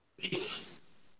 Peace